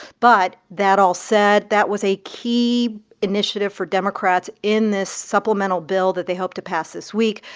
but that all said, that was a key initiative for democrats in this supplemental bill that they hope to pass this week,